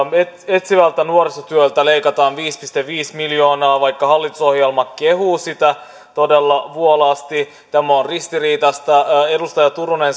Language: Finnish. etsivältä nuorisotyöltä leikataan viisi pilkku viisi miljoonaa vaikka hallitusohjelma kehuu sitä todella vuolaasti tämä on ristiriitaista edustaja turunen